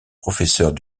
professeurs